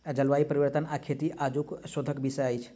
जलवायु परिवर्तन आ खेती आजुक शोधक विषय अछि